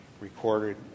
recorded